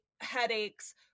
headaches